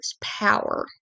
power